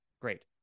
great